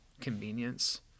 convenience